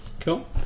Cool